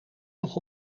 nog